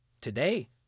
Today